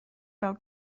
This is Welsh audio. bêl